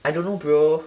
I don't know bro